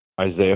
Isaiah